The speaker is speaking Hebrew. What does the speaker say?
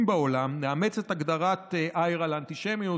בעולם לאמץ את הגדרת IHRA לאנטישמיות.